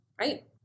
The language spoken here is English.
right